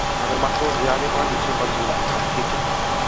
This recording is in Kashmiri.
اگر مسلہٕ اوس زیادَے پہن تیٚلہِ چھِ یِم پتہٕ ضروٗری کھالٕنۍ